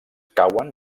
cauen